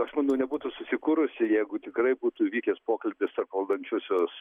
aš manau nebūtų susikūrusi jeigu tikrai būtų įvykęs pokalbis tarp valdančiosios